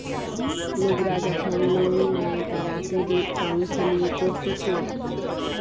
লোকরা যখন লোন নেই তারা ক্রেডিট কাউন্সেলিং করতিছে